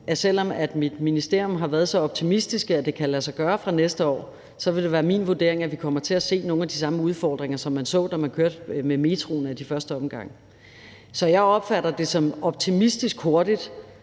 om man i mit ministerium har været så optimistiske at sige, at det kan lade sig gøre fra næste år, så vil det være min vurdering, at vi kommer til at se nogle af de samme udfordringer, som man så, da man kørte med metroen i første omgang. Så jeg opfatter det som optimistisk hurtigt,